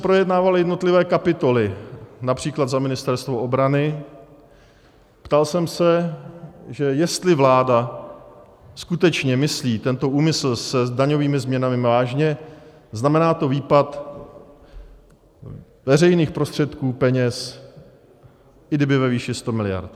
Když se projednávaly jednotlivé kapitoly, například za Ministerstvo obrany, ptal jsem se, jestli vláda skutečně myslí tento úmysl s daňovými změnami vážně, znamená to výpad veřejných prostředků peněz, i kdyby ve výši 100 miliard.